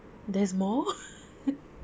there's more